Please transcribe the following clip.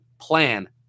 plan